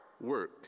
work